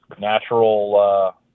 natural